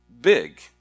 big